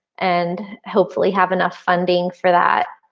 and hopefully have enough funding for that.